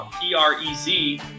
P-R-E-Z